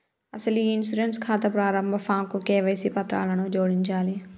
అసలు ఈ ఇన్సూరెన్స్ ఖాతా ప్రారంభ ఫాంకు కేవైసీ పత్రాలను జోడించాలి